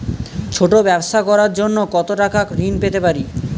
ছোট ব্যাবসা করার জন্য কতো টাকা ঋন পেতে পারি?